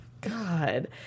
God